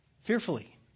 fearfully